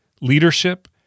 leadership